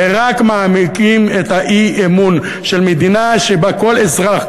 ורק מעמיקים את האי-אמון של מדינה שבה כל אזרח,